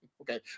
okay